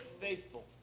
Faithful